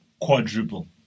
quadruple